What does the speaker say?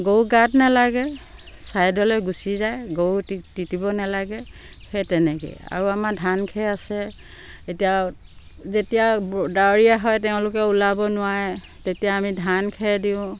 গৰু গাত নেলাগে ছাইডলে গুচি যায় গৰু তিতিব নেলাগে সেই তেনেকে আৰু আমাৰ ধান খেৰ আছে এতিয়া যেতিয়া ডাৱৰীয়া হয় তেওঁলোকে ওলাব নোৱাৰে তেতিয়া আমি ধান খেৰ দিওঁ